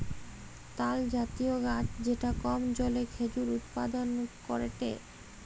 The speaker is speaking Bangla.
তালজাতীয় গাছ যেটা কম জলে খেজুর উৎপাদন করেটে